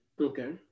Okay